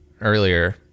earlier